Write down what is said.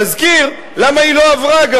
תזכיר גם למה היא לא עברה.